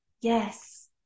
yes